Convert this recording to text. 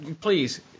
Please